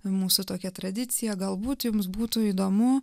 mūsų tokia tradicija galbūt jums būtų įdomu